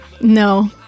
No